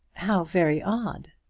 how very odd.